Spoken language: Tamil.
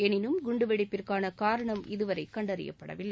எனினும் குண்டுவெடிப்பிற்கான காரணம் இதுவரை கண்டறியப்படவில்லை